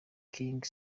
king